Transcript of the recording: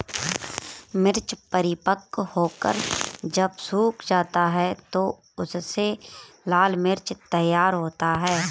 मिर्च परिपक्व होकर जब सूख जाता है तो उससे लाल मिर्च तैयार होता है